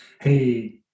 hey